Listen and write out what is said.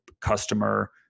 customer